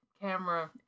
camera